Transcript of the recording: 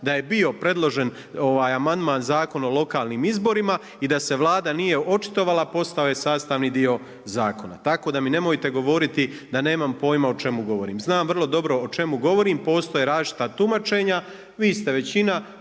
da je bio predložen amandman Zakon o lokalnim izborima i da se Vlada nije očitovala, postao je sastavni dio zakona, tako da mi nemojte govoriti da nemam pojma o čemu govorim. Znam vrlo dobro o čemu govorim, postoje različita tumačenja, vi ste većina,